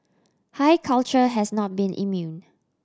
high culture has not been immune